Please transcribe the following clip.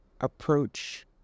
Approach